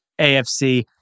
AFC